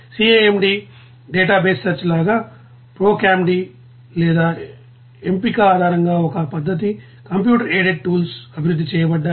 CAMD database search లాగా ప్రోకామ్డి లేదా ఎంపిక ఆధారంగా ఒక పద్ధతి కంప్యూటర్ ఎయిడెడ్ టూల్స్ అభివృద్ధి చేయబడ్డాయి